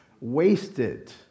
Wasted